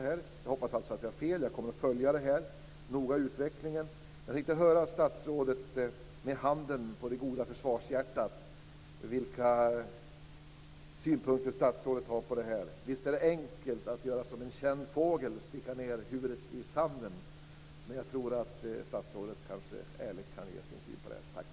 Jag hopps att jag har fel, och jag kommer att följa utvecklingen noga. Vilka synpunkter har statsrådet - med handen på det goda försvarshjärtat - på denna fråga? Visst är det enkelt att göra som en känd fågel, dvs. sticka ned huvudet i sanden, men jag tror att statsrådet ärligt kan ge sin syn på denna fråga.